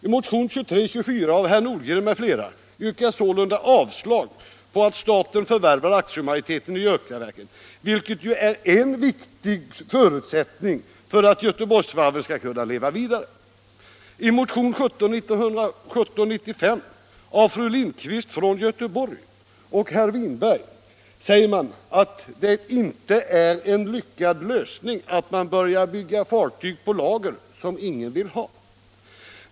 I motionen 2324 av herr Nordgren m.fl. yrkas sålunda avslag på förslaget att staten skall förvärva aktiemajoriteten i Götaverken, vilket är en viktig förutsättning för att Göteborgsvarvet skall kunna leva vidare. I motionen 1795 av fru Lindquist från Göteborg och herr Winberg heter det att det inte är en lyckad lösning att man börjar bygga fartyg på lager, som ingen vill ha.